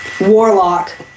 Warlock